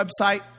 website